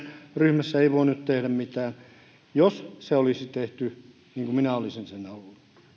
ryhmässä voinut tehdä mitään jos se olisi tehty niin kuin minä olisin sen halunnut